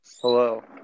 Hello